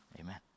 amen